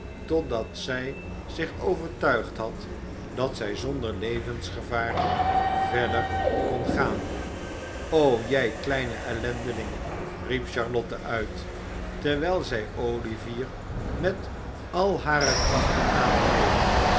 totdat zij zich overtuigd had dat zij zonder levensgevaar verder kon gaan o jij kleine ellendeling riep charlotte uit terwijl zij olivier met al hare krachten aangreep